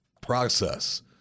process